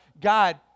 God